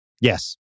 Yes